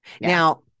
Now